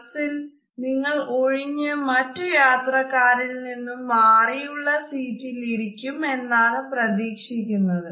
ബസിൽ നിങ്ങൾ ഒഴിഞ്ഞ മറ്റു യാത്രക്കാരിൽ നിന്നും മാറിയുള്ള സീറ്റിൽ ഇരിക്കും എന്നാണ് പ്രതീക്ഷിക്കുന്നത്